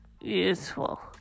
useful